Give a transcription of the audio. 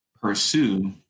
pursue